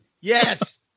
yes